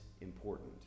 important